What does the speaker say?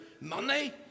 money